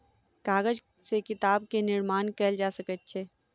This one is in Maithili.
कागज से किताब के निर्माण कयल जा सकै छै